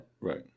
Right